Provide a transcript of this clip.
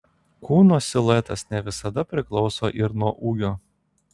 kūno siluetas ne visada priklauso ir nuo ūgio